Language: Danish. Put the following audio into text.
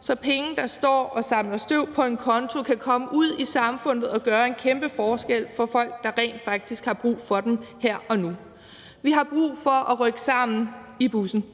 så penge, der står og samler støv på en konto, kan komme ud i samfundet og gøre en kæmpe forskel for folk, der rent faktisk har brug for dem her og nu. Vi har brug for at rykke sammen i bussen.